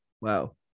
Wow